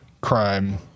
crime